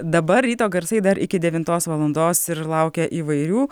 dabar ryto garsai dar iki devintos valandos ir laukia įvairių